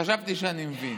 חשבתי שאני מבין.